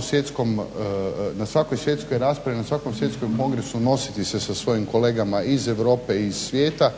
svjetskom, na svakoj svjetskoj raspravi, na svakom svjetskom kongresu nositi sa svojim kolegama iz Europe, i iz svijeta